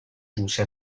giunse